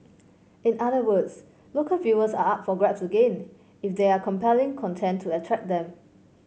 in other words local viewers are up for grabs again if there are compelling content to attract them